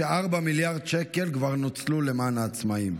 רק לציין ש-4 מיליארד שקל כבר נוצלו למען העצמאים.